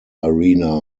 arena